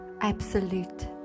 absolute